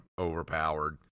overpowered